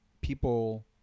people